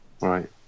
right